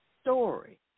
Story